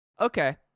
Okay